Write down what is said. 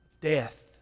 death